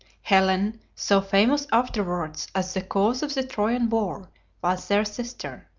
helen, so famous afterwards as the cause of the trojan war, was their sister.